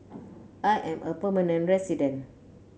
I am a permanent resident